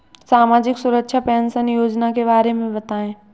सामाजिक सुरक्षा पेंशन योजना के बारे में बताएँ?